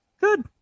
good